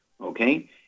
Okay